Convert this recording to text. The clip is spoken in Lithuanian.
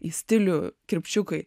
į stilių kirpčiukai